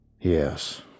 yes